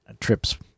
trips